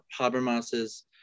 Habermas's